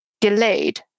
delayed